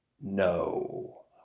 No